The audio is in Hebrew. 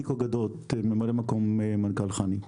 אני ממלא מקום מנכ"ל חנ"י.